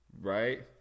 Right